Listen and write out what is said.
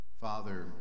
Father